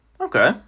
Okay